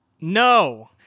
No